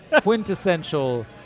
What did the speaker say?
quintessential